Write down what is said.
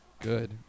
Good